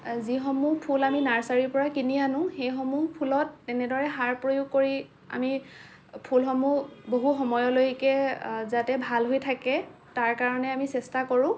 যিসমূহ ফুল আমি নাৰ্চাৰীৰ পৰা কিনি আনো সেইসমূহ ফুলত তেনেদৰে সাৰ প্ৰযোগ কৰি আমি ফুলসমূহ বহু সময়লৈকে যাতে ভাল হৈ থাকে তাৰ কাৰণে আমি চেষ্টা কৰোঁ